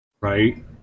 right